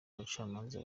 abacamanza